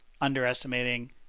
underestimating